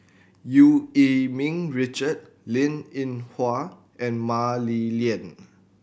Eu Yee Ming Richard Linn In Hua and Mah Li Lian